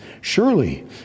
Surely